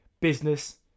business